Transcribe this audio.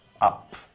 up